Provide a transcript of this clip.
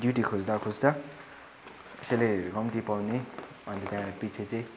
duty खोज्दा खोज्दा स्यालेरीहरू कम्ती पाउने अन्त त्यहाँबाट पछि चाहिँ